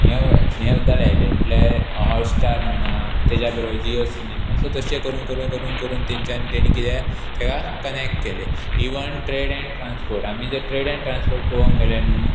हे हें सुद्दां लायले म्हटल्यार हॉटस्टार म्हणा ताच्या बरोबर जियो सिनेमा सो तशें करून करून करून करून तांच्यांनी तांणी कितें ताका कनेक्ट केलें इवन ट्रेड एंड ट्रांसपोर्ट आमी जर ट्रेड एंड ट्रांसपोट पळोवंक गेले न्हय